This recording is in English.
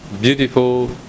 beautiful